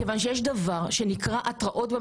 מכיוון שיש דבר במשטרה שנקרא התרעות,